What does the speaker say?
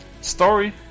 story